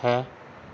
ਹੈ